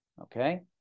okay